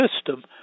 system